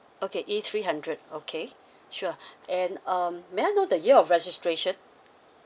okay E three hundred okay sure and um may I know the year of registration